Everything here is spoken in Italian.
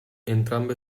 entrambe